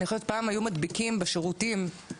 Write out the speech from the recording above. פעם היו מדביקים בשירותים,